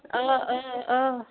آ آ آ